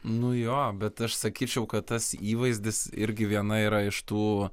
nu jo bet aš sakyčiau kad tas įvaizdis irgi viena yra iš tų